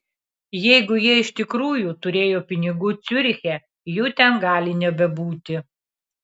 jeigu jie iš tikrųjų turėjo pinigų ciuriche jų ten gali nebebūti